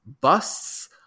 busts